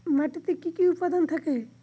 মাটিতে কি কি উপাদান থাকে?